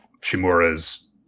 Shimura's